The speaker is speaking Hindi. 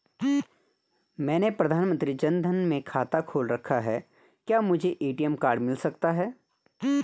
मैंने प्रधानमंत्री जन धन में खाता खोल रखा है क्या मुझे ए.टी.एम कार्ड मिल सकता है?